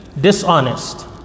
dishonest